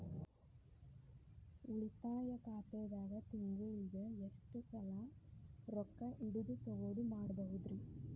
ಉಳಿತಾಯ ಖಾತೆದಾಗ ತಿಂಗಳಿಗೆ ಎಷ್ಟ ಸಲ ರೊಕ್ಕ ಇಡೋದು, ತಗ್ಯೊದು ಮಾಡಬಹುದ್ರಿ?